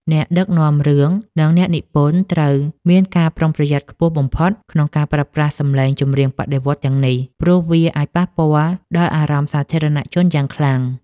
អ្នកដឹកនាំរឿង និងអ្នកនិពន្ធត្រូវមានការប្រុងប្រយ័ត្នខ្ពស់បំផុតក្នុងការប្រើប្រាស់សម្លេងចម្រៀងបដិវត្តន៍ទាំងនេះ ព្រោះវាអាចប៉ះពាល់ដល់អារម្មណ៍សាធារណជនយ៉ាងខ្លាំង។